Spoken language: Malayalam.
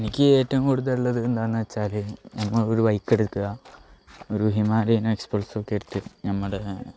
എനിക്ക് ഏറ്റവും കൂടുതലുള്ളത് എന്താണെന്നു വെച്ചാൽ നമ്മൾ ഒരു ബൈക്കെടുക്കുക ഒരു ഹിമാലയൻ എക്സ്പ്രെസ്സൊക്കെ എടുത്ത് നമ്മുടെ